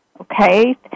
okay